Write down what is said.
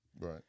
Right